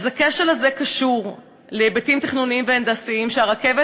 אז הכשל הזה קשור להיבטים תכנונים והנדסיים שהרכבת